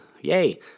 Yay